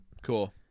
cool